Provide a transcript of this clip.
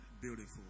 beautiful